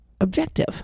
objective